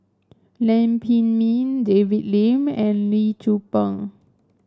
Lam Pin Min David Lim and Lee Tzu Pheng